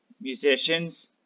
musicians